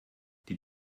die